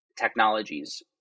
technologies